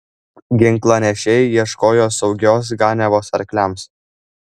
ginklanešiai ieškojo saugios ganiavos arkliams